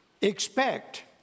expect